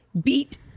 beat